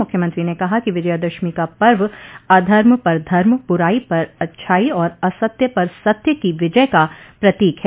मुख्यमंत्री ने कहा कि विजयादशमी का पर्व अधर्म पर धर्म बुराई पर अच्छाई और असत्य पर सत्य की विजय का प्रतीक है